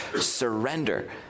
surrender